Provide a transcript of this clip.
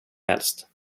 helst